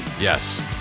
Yes